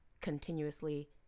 continuously